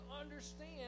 understand